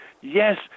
Yes